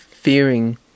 fearing